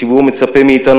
הציבור מצפה מאתנו,